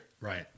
right